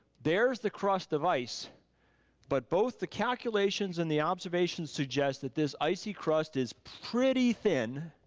there's the crust of ice but both the calculations and the observations suggest that this icy crust is pretty thin